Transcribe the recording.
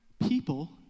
people